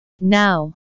Now